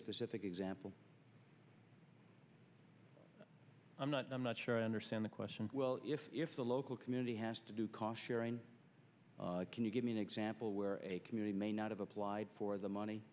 specific example i'm not i'm not sure i understand the question well if if the local community has to do cost sharing can you give me an example where a community may not have applied for the money